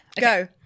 go